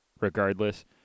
regardless